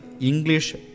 English